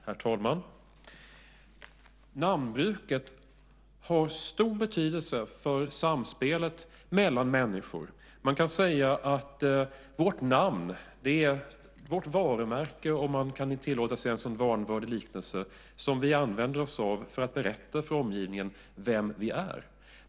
Herr talman! Namnbruket har stor betydelse för samspelet mellan människor. Man kan säga att vårt namn är vårt varumärke - om man kan tillåta sig en sådan vanvördig liknelse - som vi använder oss av för att berätta för omgivningen vem vi är.